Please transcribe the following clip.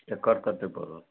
एकर कतेक पड़त